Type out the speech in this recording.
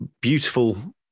beautiful